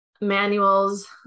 manuals